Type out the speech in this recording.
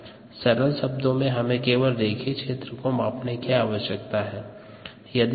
सरल शब्दों में हमें केवल रेखीय क्षेत्र को मापने की आवश्यकता है